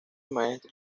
maestra